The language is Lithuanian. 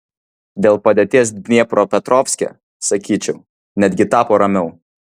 dėl padėties dniepropetrovske sakyčiau netgi tapo ramiau